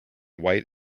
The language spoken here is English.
white